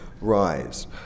rise